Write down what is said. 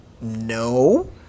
no